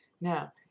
Now